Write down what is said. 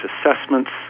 assessments